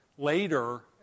Later